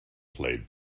played